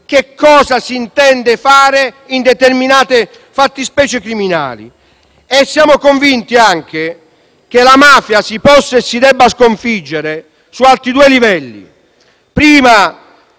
che cosa si intende fare per determinate fattispecie criminali. Siamo anche convinti che la mafia si possa e debba sconfiggere su altri due livelli: prima